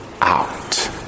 out